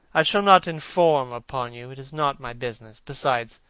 i shall not inform upon you. it is not my business. besides,